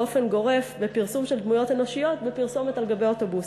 באופן גורף מפרסום של דמויות אנושיות בפרסומת על גבי אוטובוסים.